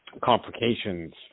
complications